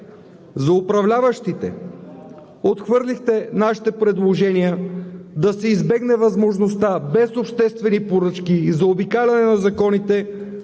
За управляващите – отхвърлихте нашите предложения да се избегне възможността без обществени поръчки и заобикаляне на законите